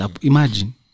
Imagine